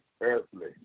earthly